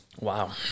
Wow